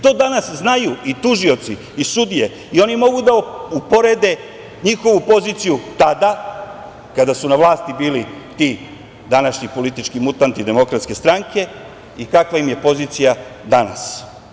To danas znaju i tužioci i sudije i oni mogu da uporede njihovu poziciju tada, kada su na vlasti bili ti današnji politički mutanti DS i kakva im je pozicija danas.